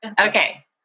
Okay